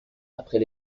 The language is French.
après